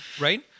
right